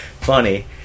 Funny